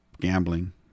gambling